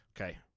Okay